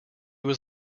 was